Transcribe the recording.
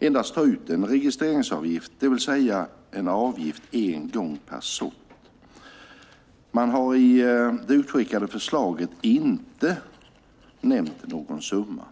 endast ta ut en registreringsavgift, det vill säga en avgift en gång per sort. Man har i det utskickade förslaget inte nämnt någon summa.